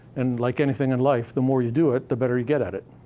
and like anything in life, the more you do it, the better you get at it.